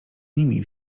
nimi